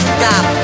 stop